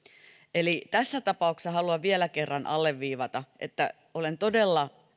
eli tässä tapauksessa haluan vielä kerran alleviivata että olen todella